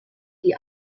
die